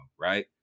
right